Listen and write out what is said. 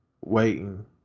waiting